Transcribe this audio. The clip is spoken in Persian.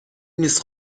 نیست